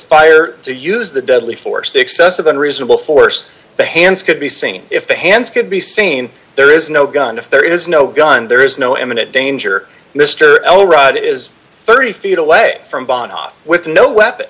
fire to use the deadly force the excessive unreasonable force the hands could be seen if the hands could be seen there is no gun if there is no gun there is no imminent danger mister l rudd is thirty feet away from bahnhof with no weapon